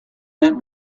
that